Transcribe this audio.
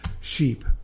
sheep